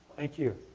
thank you.